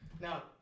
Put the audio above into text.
Now